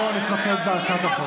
בואו נתמקד בהצעת החוק.